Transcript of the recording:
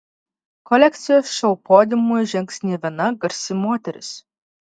kolekcijos šou podiumu žengs ne viena garsi moteris